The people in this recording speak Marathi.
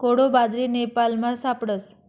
कोडो बाजरी नेपालमा सापडस